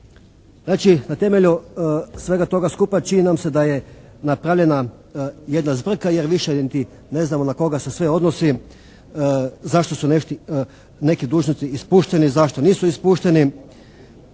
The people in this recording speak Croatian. na temelju svega toga skupa čini nam se da je napravljena jedna zbrka jer više niti ne znamo na koga se sve odnosi, zašto su neki dužnosnici ispušteni, zašto nisu ispušteni